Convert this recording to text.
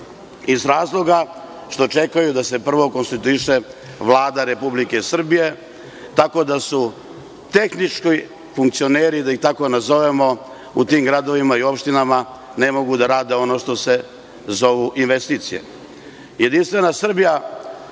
iz razloga što čekaju da se prvo konstituiše Vlada Republike Srbije, tako da su tehnički funkcioneri, da ih tako nazovemo, u tim gradovima i opštinama ne mogu da rade ono što se zovu investicije. Jedinstvena Srbija